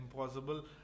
impossible